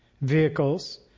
vehicles